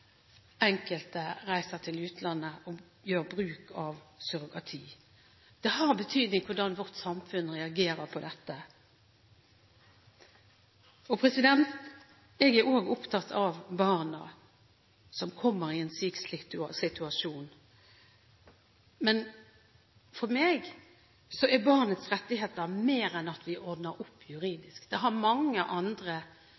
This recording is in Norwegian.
enkelte reiser til utlandet og gjør bruk av surrogati. Det har betydning hvordan vårt samfunn reagerer på dette. Jeg er også opptatt av barna som kommer i en slik situasjon, men for meg er barnets rettigheter mer enn at vi ordner opp